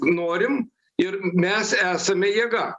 norim ir mes esame jėga